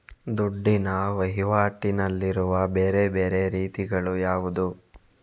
ದುಡ್ಡಿನ ವಹಿವಾಟಿನಲ್ಲಿರುವ ಬೇರೆ ಬೇರೆ ರೀತಿಗಳು ಯಾವುದು?